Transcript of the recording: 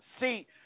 See